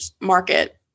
market